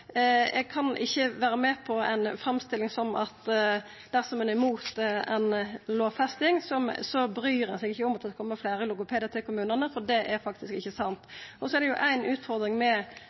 Eg kan ikkje vera med på ei framstilling om at dersom ein er imot ei lovfesting, bryr ein seg ikkje om at det skal koma fleire logopedar til kommunane, for det er faktisk ikkje sant. Det er ei utfordring med SVs forslag, og det er at viss ein